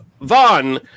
Vaughn